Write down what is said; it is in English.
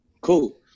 Cool